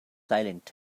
silent